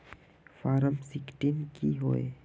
Form sixteen की होय?